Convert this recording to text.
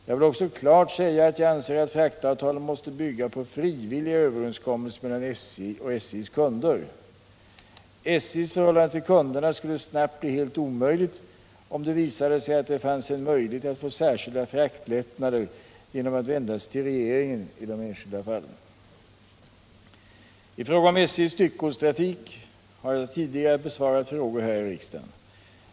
Jag vill också klart säga att jag anser att fraktavtalen måste bygga på frivilliga överenskommelser mellan SJ och SJ:s kunder. SJ:s förhållande till kunderna skulle snabbt bli helt omöjligt om det visade sig att det fanns en möjlighet att få särskilda fraktlättnader genom att vända sig till regeringen i de enskilda fallen. I fråga om SJ:s styckegodstrafik har jag tidigare besvarat frågor här i riksdagen.